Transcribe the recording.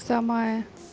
समय